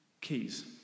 keys